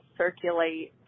circulate